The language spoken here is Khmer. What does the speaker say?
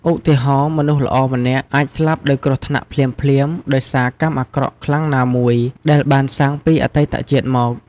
ឧទាហរណ៍ មនុស្សល្អម្នាក់អាចស្លាប់ដោយគ្រោះថ្នាក់ភ្លាមៗដោយសារកម្មអាក្រក់ខ្លាំងណាមួយដែលបានសាងពីអតីតជាតិមក។